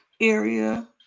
area